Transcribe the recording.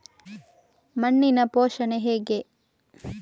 ಮಣ್ಣಿನ ಪೋಷಣೆ ಹೇಗೆ?